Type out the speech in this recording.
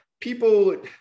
people